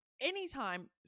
anytime